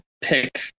pick